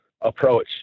approach